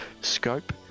scope